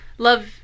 Love